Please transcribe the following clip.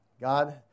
God